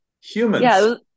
humans